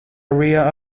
area